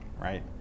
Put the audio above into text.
right